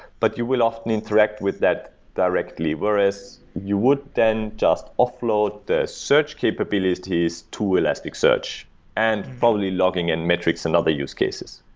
but you will often interact with that directly. whereas you would then just offload the search capabilities to elasticsearch and probably in logging and metrics and other use cases.